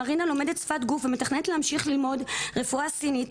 מרינה לומדת שפת גוף ומתכננת להמשיך ללמוד רפואה סינית.